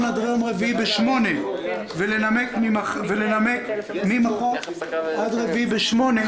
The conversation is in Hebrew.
עד יום רביעי בשמונה ולנמק ממחר עד יום רביעי בשמונה.